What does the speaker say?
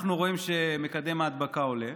אנחנו רואים שמקדם ההדבקה עולה,